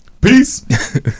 Peace